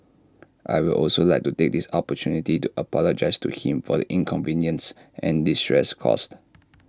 I will also like to take this opportunity to apologise to him for the inconveniences and distress caused